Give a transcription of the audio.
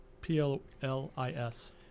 P-L-L-I-S